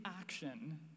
action